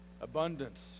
abundance